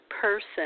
Person